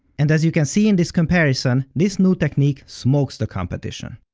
and as you can see in this comparison, this new technique smokes the competition.